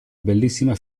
bellissima